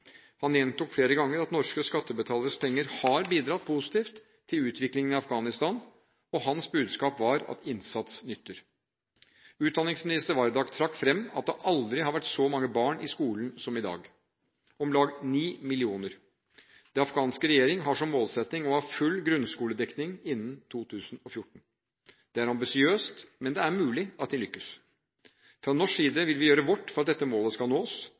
Han gjentok flere ganger at norske skattebetaleres penger har bidratt positivt til utviklingen i Afghanistan, og hans budskap var at innsats nytter. Utdanningsminister Wardak trakk fram at det aldri har vært så mange barn i skolen som i dag: om lag ni millioner. Den afghanske regjering har som målsetting å ha full grunnskoledekning innen 2014. Det er ambisiøst, men det er mulig at de lykkes. Fra norsk side vil vi gjøre vårt for at dette målet skal nås.